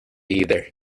either